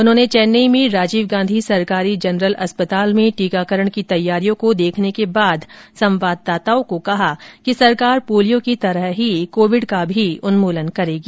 उन्होंने चेन्नई में राजीव गांधी सरकारी जनरल अस्पताल में टीकाकरण की तैयारियों को देखने के बाद संवाददाताओं को कहा कि सरकार पोलियो की तरह ही कोविड का भी उन्मूलन करेगी